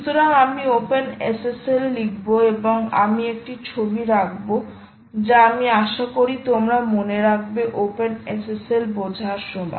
সুতরাং আমি OpenSSL লিখব এবং আমি একটি ছবি রাখব যা আমি আশা করি তোমরা মনে রাখবে OpenSSL বোঝার সময়